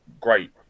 great